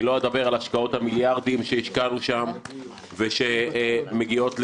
אני לא אדבר על השקעות המיליארדים שהשקענו שם ושמגיעים לסכנה.